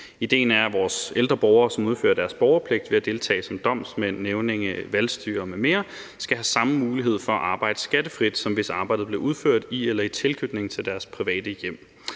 Ideen er, at vores ældre borgere, som udfører deres borgerpligt ved at deltage som domsmænd, nævninge, valgstyrere m.m., skal have samme mulighed for at arbejde skattefrit, som hvis arbejdet blev udført i eller i tilknytning til deres private hjem.